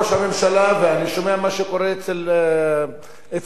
ואני שומע מה קורה אצל ליברמן.